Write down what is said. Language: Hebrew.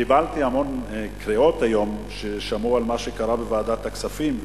קיבלתי המון קריאות היום כששמעו על מה שקרה בוועדת הכספים,